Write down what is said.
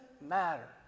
matter